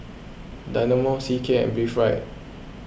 Dynamo C K and Breathe Right